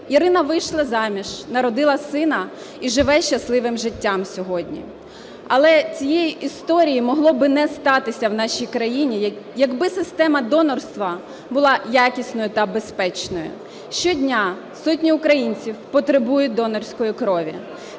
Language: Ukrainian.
Ірина вийшла заміж, народила сина і живе щасливим життям сьогодні. Але цієї історії могло би не статися в нашій країні, якби система донорства була якісною та безпечною. Щодня сотні українців потребують донорської крові.